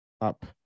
up